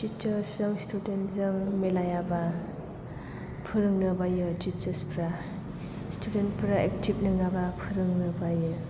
teachers जों student जों मिलायाबा फोरोंनो बायो टिचार्स फोरा स्टुडेन्ट फोरा एक्टिभ नङाबा फोरोंनो बायो